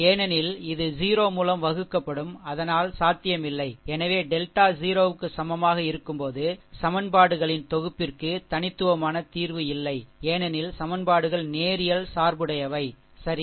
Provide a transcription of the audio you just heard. ஏனெனில் இது 0 மூலம் வகுக்கப்படும் அதனால் சாத்தியமில்லை எனவே டெல்டா 0 க்கு சமமாக இருக்கும்போது சமன்பாடுகளின் தொகுப்பிற்கு தனித்துவமான தீர்வு இல்லை ஏனெனில் சமன்பாடுகள் நேரியல் சார்புடையவை சரி